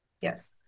Yes